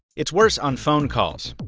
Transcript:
it's worse on phone calls.